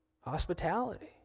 hospitality